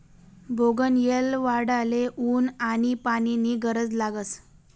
बोगनयेल वाढाले ऊन आनी पानी नी गरज लागस